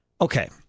Okay